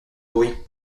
pourrie